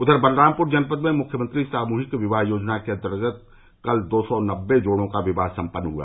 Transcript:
उधर बलरामपुर जनपद में मुख्यमंत्री सामूहिक विवाह योजना के अन्तर्गत कल दो सौ नब्बे जोड़ों का विवाह सम्पन्न हुआ